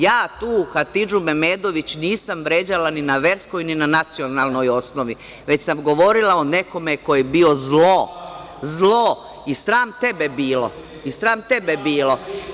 Ja tu Hatidžu Mehmedović nisam vređala ni na verskoj, ni na nacionalnoj osnovi, već sam govorila o nekome ko je bio zlo. (Muamer Bačevac: Sram te bilo!) Sram tebe bilo!